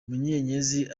munyenyezi